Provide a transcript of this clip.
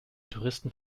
touristen